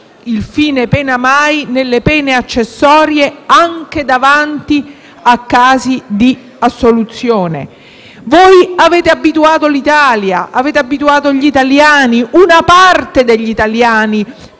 il fine pena mai nelle pene accessorie anche davanti a casi di assoluzione. Voi avete abituato l'Italia, avete abituato gli italiani, una parte degli italiani,